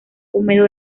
húmedo